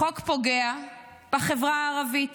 החוק פוגע בחברה הערבית.